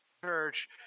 church